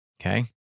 Okay